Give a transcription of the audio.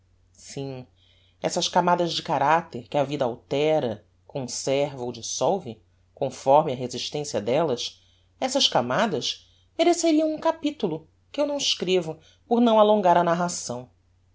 sim essas camadas de caracter que a vida altera conserva ou dissolve conforme a resistencia dellas essas camadas mereceriam um capitulo que eu não escrevo por não alongar a narração